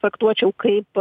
traktuočiau kaip